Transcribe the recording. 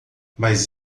mas